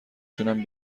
تونن